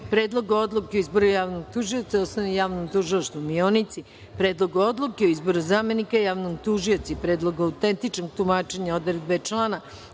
Predlogu odluke o izboru javnog tužioca u Osnovnom javnom tužilaštvu u Mionici, Predlogu odluke o izboru zamenika javnog tužioca i Predlogu autentičnog tumačenja odredbe člana